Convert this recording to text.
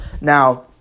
Now